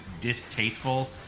distasteful